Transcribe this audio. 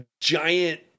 giant